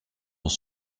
dans